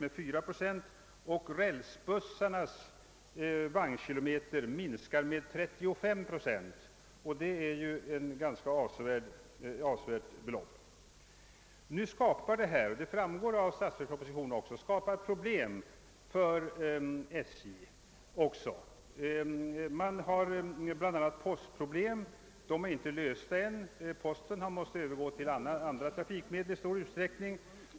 Antalet vagnkilometer för rälsbussarna minskar med 35 procent, vilket är en ganska avsevärd reducering. Dessa förändringar skapar, vilket också framgår av statsverkspropositionen, problem även för SJ. Det uppstår bl.a. postföringssvårigheter som ännu inte har lösts. Posten har i stor ut fikmedel.